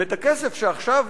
ואת הכסף שעכשיו